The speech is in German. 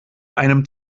einem